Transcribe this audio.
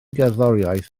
gerddoriaeth